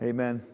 Amen